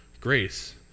grace